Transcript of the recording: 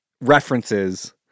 references